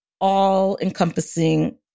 all-encompassing